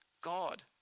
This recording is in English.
god